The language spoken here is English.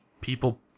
people